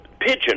pigeon